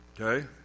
Okay